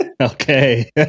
Okay